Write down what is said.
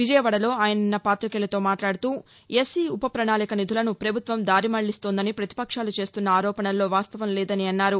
విజయవాడలో ఆయన నిన్న పాతికేయులతో మాట్లాడుతూ ఎస్సి ఉప ప్రణాళిక నిధులను ప్రభుత్వం దారి మళ్లిస్తోందని ప్రతిపక్షాలు చేస్తున్న ఆరోపణల్లో వాస్తవంలేదన్నారు